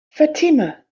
fatima